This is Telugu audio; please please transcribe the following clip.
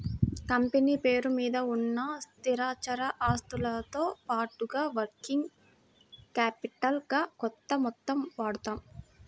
కంపెనీ పేరు మీద ఉన్న స్థిరచర ఆస్తులతో పాటుగా వర్కింగ్ క్యాపిటల్ గా కొంత మొత్తం వాడతాం